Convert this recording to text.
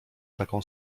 taką